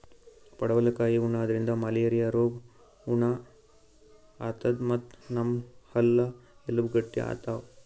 ಪಡವಲಕಾಯಿ ಉಣಾದ್ರಿನ್ದ ಮಲೇರಿಯಾ ರೋಗ್ ಗುಣ ಆತದ್ ಮತ್ತ್ ನಮ್ ಹಲ್ಲ ಎಲಬ್ ಗಟ್ಟಿ ಆತವ್